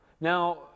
Now